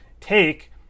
take